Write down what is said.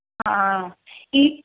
ആ ഈ